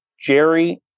Jerry